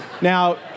Now